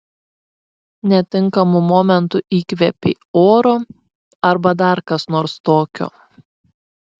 netinkamu momentu įkvėpei oro arba dar kas nors tokio